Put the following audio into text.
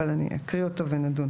אבל אני אקריא אותו ונדון.